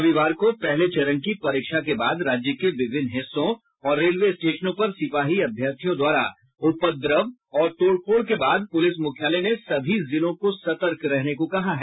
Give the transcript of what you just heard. रविवार को पहले चरण की परीक्षा के बाद राज्य के विभिन्न हिस्सों और रेलवे स्टेशनों पर सिपाही अभ्यर्थियों द्वारा उपद्रव और तोड़फोड़ के बाद पुलिस मुख्यालय ने सभी जिलों को सतर्क रहने को कहा है